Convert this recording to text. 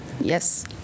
Yes